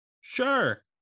Sure